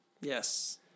Yes